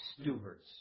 stewards